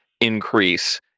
increase